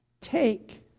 take